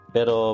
Pero